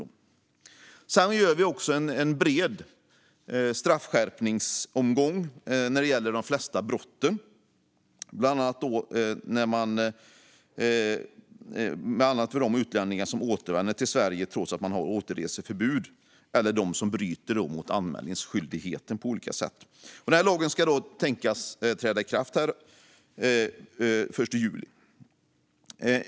Vi genomför också en bred straffskärpningsomgång när det gäller de flesta brott, bland annat för utlänningar som återvänder till Sverige trots ett återreseförbud eller som bryter mot anmälningsskyldigheten på olika sätt. Denna lag är tänkt att träda i kraft den 1 juli.